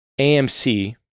AMC